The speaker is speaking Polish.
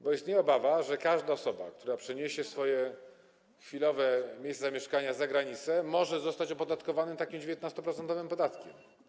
Bo istnieje obawa, że każda osoba, która chwilowo przeniesie swoje miejsce zamieszkania za granicę, może zostać opodatkowana takim 19-procentowym podatkiem.